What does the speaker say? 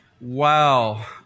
wow